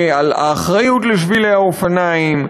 על האחריות לשבילי האופניים,